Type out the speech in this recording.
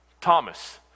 Thomas